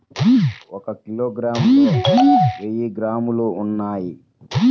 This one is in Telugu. ఒక కిలోగ్రామ్ లో వెయ్యి గ్రాములు ఉన్నాయి